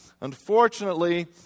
unfortunately